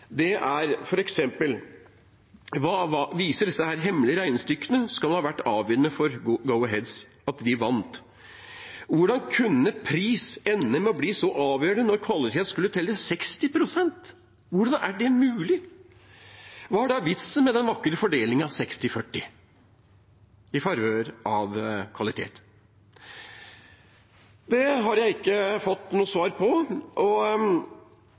avklarte, er f.eks.: Hva viser disse hemmelige regnestykkene skal ha vært avgjørende for at Go-Ahead vant? Hvordan kunne pris ende opp med å bli så avgjørende når kvalitet skulle telle 60 pst.? Hvordan er det mulig? Hva er da vitsen med den vakre fordelingen 60/40 i favør av kvalitet? Det har jeg ikke fått noe svar på.